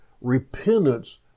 repentance